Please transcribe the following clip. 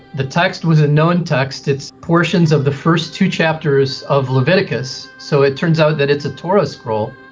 the text was a known text, it's portions of the first two chapters of leviticus, so it turns out that it's a torah scroll.